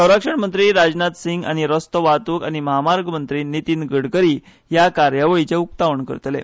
संरक्षण मंत्री राजनाथ सिंह आनी रस्तो येरादारी आनी म्हामार्ग मंत्री नितीन गडकरी ह्या कार्यावळीचें उक्तावण करतले